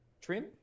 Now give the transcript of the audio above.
Trim